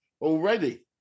already